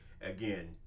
Again